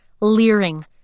leering